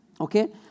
okay